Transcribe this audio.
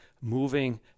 Moving